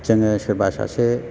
जोङो सोरबा सासे